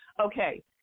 Okay